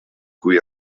cui